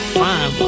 fine